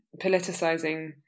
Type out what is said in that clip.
politicizing